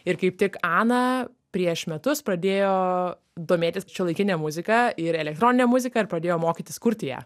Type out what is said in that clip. ir kaip tik ana prieš metus pradėjo domėtis šiuolaikine muzika ir elektronine muzika ir pradėjo mokytis kurti ją